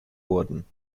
wurden